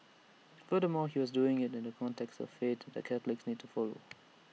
furthermore he was doing so in the context of the faith that Catholics need to follow